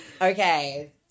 Okay